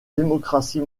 démocratie